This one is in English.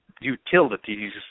utilities